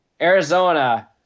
Arizona